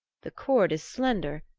the cord is slender,